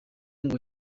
ngo